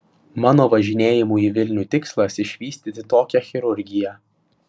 mano važinėjimų į vilnių tikslas išvystyti tokią chirurgiją